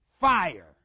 fire